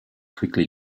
quickly